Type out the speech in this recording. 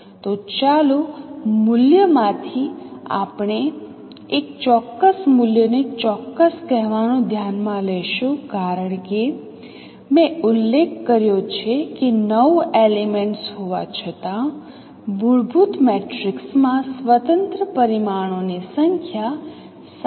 તો ચાલો મૂલ્યમાંથી આપણે એક ચોક્કસ મૂલ્યને ચોક્કસ કહેવાનું ધ્યાનમાં લઈશું કારણ કે મેં ઉલ્લેખ કર્યો છે કે 9 એલિમેન્ટ્સ હોવા છતાં મૂળભૂત મેટ્રિક્સમાં સ્વતંત્ર પરિમાણોની સંખ્યા 7 છે